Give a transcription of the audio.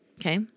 Okay